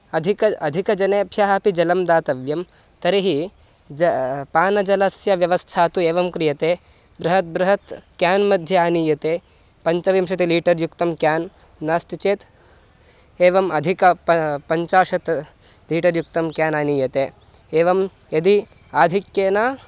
अधिकम् अधिकजनेभ्यः अपि जलं दातव्यं तर्हि ज पानजलस्य व्यवस्था तु एवं क्रियते बृहत् बृहत् क्यान् मध्ये आनीयते पञ्चविंशतिलीटर् युक्तं क्यान् नास्ति चेत् एवम् अधिक प पञ्चाशत् लीटर् युक्तं क्यान् आनीयते एवं यदि आधिक्येन